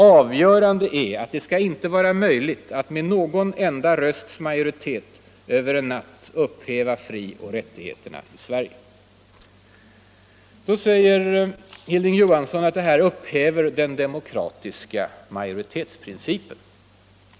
Avgörande är att det skall inte vara möjligt att med någon enda rösts majoritet över en natt upphäva frioch rättigheterna i Sverige. Då säger Hilding Johansson att detta upphäver ”den demokratiska majoritetsprincipen”.